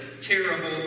terrible